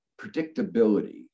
predictability